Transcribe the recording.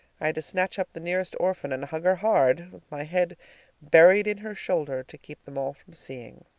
i had to snatch up the earnest orphan and hug her hard, with my head buried in her shoulder, to keep them all from seeing.